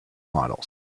models